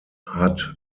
hat